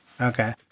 Okay